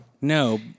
No